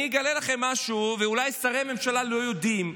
אני אגלה לכם משהו, אולי שרי הממשלה לא יודעים: